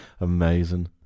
Amazing